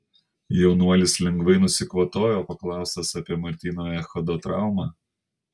jaunuolis lengvai nusikvatojo paklaustas apie martyno echodo traumą